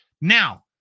now